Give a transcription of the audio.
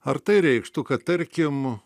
ar tai reikštų kad tarkim